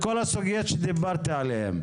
בכל הסוגיות שדיברתי עליהן.